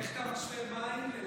איך אתה משווה מים ללק"ק?